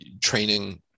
training